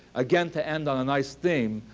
again, to end on a nice theme,